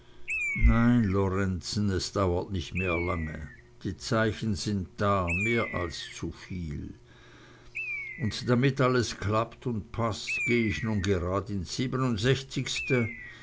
nein lorenzen es dauert nicht mehr lange die zeichen sind da mehr als zuviel und damit alles klappt und paßt geh ich nun auch gerad ins siebenundsechzigste